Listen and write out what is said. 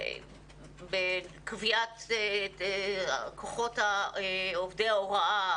בקביעת כוחות עובדי ההוראה.